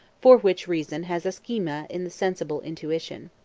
for which reason has a schema in the sensible intuition.